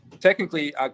technically